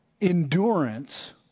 endurance